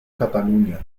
cataluña